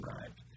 arrived